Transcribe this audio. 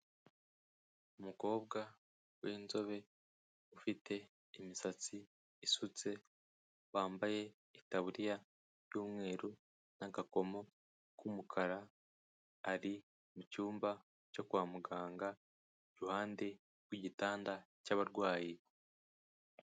Umukobwa w'inzobe ufite imisatsi isutse, wambaye itaburiya y'umweru n'agakomo k'umukara, ari mu cyumba cyo kwa muganga, iruhande rw'igitanda cy'abarwayi.